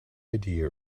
idea